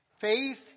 Faith